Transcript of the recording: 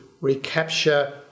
recapture